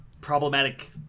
problematic